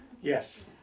yes